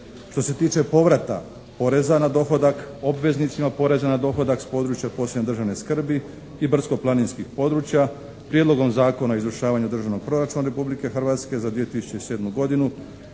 poreza na dohodak, obveznicima poreza na dohodak s područja od posebne državne skrbi i brdsko-planinskih područja Prijedlogom zakona o izvršavanju državnog proračuna Republike Hrvatske za 2007. godinu